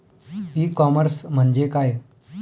E commerce म्हणजे काय?